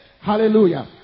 Hallelujah